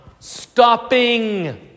stopping